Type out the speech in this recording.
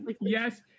yes